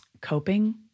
coping